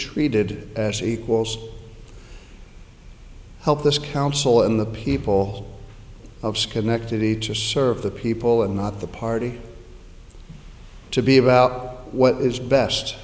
treated as equals help this council and the people of schenectady to serve the people and not the party to be about what is best